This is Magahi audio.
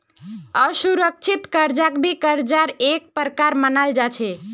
असुरिक्षित कर्जाक भी कर्जार का एक प्रकार मनाल जा छे